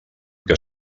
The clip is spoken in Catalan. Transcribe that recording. que